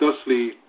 thusly